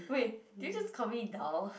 wait did you just call me dull